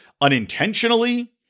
unintentionally